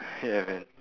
hear it